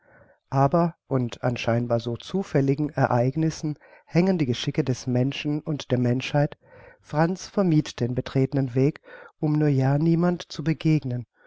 aber und an scheinbar so zufälligen ereignissen hängen die geschicke des menschen und der menschheit franz vermied den betretenen weg um nur ja niemand zu begegnen